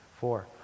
four